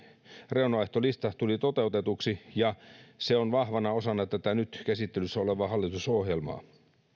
reunaehtolistamme tuli toteutetuksi ja se on vahvana osana tätä nyt käsittelyssä olevaa hallitusohjelmaa